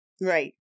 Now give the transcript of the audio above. right